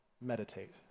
meditate